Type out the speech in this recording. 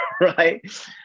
right